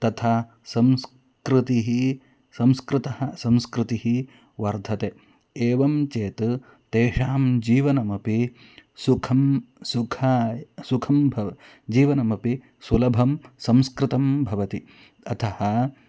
तथा संस्कृतिः संस्कृतिः संस्कृतिः वर्धते एवं चेत् तेषां जीवनमपि सुखं सुखाय सुखं भवति जीवनमपि सुलभं संस्कृतं भवति अतः